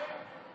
כן, כן.